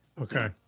Okay